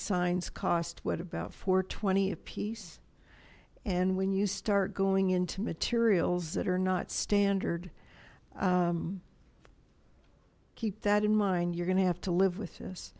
signs cost what about for twenty apiece and when you start going into materials that are not standard keep that in mind you're going to have to live with